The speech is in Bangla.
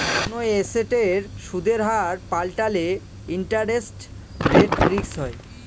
কোনো এসেটের সুদের হার পাল্টালে ইন্টারেস্ট রেট রিস্ক হয়